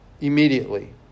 Immediately